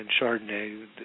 Chardonnay